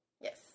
Yes